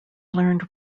learned